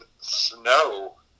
snow